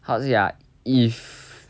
how to say ah if